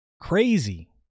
Crazy